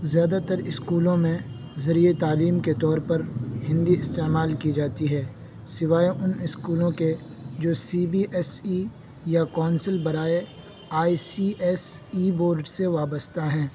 زیادہ تر اسکولوں میں ذریعہ تعلیم کے طور پر ہندی استعمال کی جاتی ہے سوائے ان اسکولوں کے جو سی بی ایس ای یا کونسل برائے I C S E board سے وابستہ ہیں